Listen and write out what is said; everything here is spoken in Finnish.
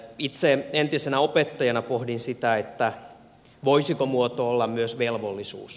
itse entisenä opettajana pohdin sitä voisiko muoto olla myös velvollisuus